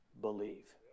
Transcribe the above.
believe